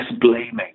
blaming